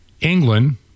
England